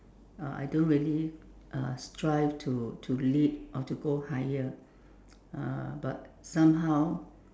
uh I don't really uh strive to to lead or to go higher uh but somehow